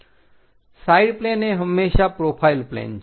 side plane એ હંમેશા profile plane છે